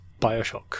Bioshock